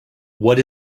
what